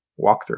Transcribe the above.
walkthrough